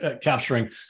capturing